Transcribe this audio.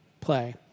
play